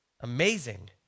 Amazing